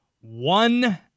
One